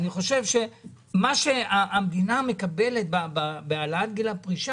אני חושב שמה שהמדינה מקבלת בהעלאת גיל הפרישה,